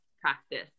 practice